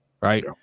right